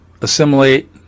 assimilate